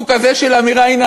סוג כזה של אמירה: הנה,